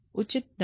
उचित दंड